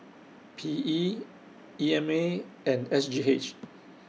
P E E M A and S G H